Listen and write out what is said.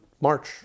march